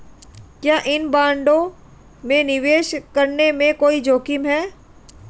क्या इन बॉन्डों में निवेश करने में कोई जोखिम है?